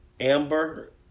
Amber